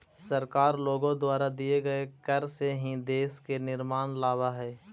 सरकार लोगों द्वारा दिए गए कर से ही देश में निर्माण लावअ हई